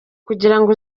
kugirango